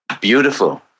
beautiful